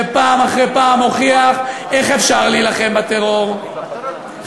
שפעם אחרי פעם מוכיח איך אפשר להילחם בטרור חד-משמעית.